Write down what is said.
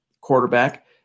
quarterback